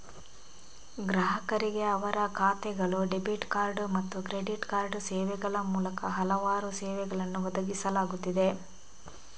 ಗ್ರಾಹಕರಿಗೆ ಅವರ ಖಾತೆಗಳು, ಡೆಬಿಟ್ ಕಾರ್ಡ್ ಮತ್ತು ಕ್ರೆಡಿಟ್ ಕಾರ್ಡ್ ಸೇವೆಗಳ ಮೂಲಕ ಹಲವಾರು ಸೇವೆಗಳನ್ನು ಒದಗಿಸಲಾಗುತ್ತಿದೆ